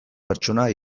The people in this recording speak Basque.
pertsona